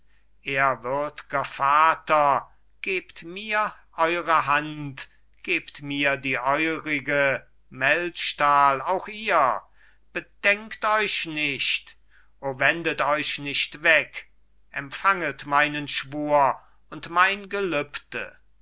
ehrwürd'ger vater gebt mir eure hand gebt mir die eurige melchtal auch ihr bedenkt euch nicht o wendet euch nicht weg empfanget meinen schwur und mein gelübde